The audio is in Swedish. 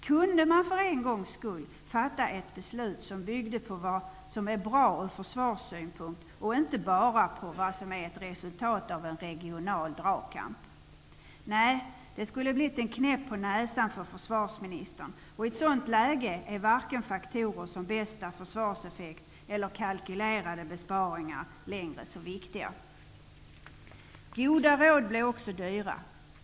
Kunde man för en gångs skull fatta ett beslut som byggde på vad som är bra ur försvarssynpunkt och inte bara på ett resultat av en regional dragkamp? Nej! Detta skulle ha blivit en knäpp på näsan för försvarsministern, och i ett sådant läge är varken faktorer som bästa försvarseffekt eller kalkylerade besparingar längre så viktiga. Goda råd blev också dyra.